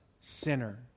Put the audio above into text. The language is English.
sinner